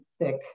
thick